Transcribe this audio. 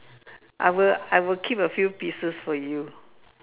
I will I will keep a few pieces for you